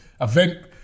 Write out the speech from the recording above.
Event